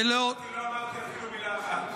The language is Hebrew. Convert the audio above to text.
לא אמרתי אפילו מילה אחת.